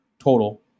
total